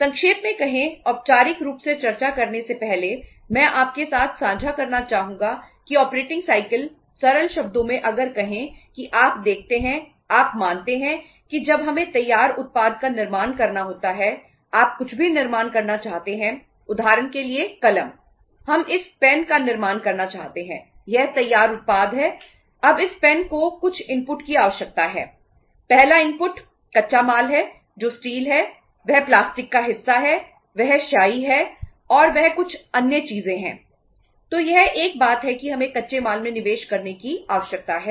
संक्षेप में कहें औपचारिक रूप से चर्चा करने से पहले मैं आपके साथ साझा करना चाहूंगा कि ऑपरेटिंग साइकिल की आवश्यकता है